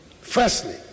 Firstly